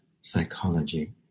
psychology